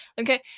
Okay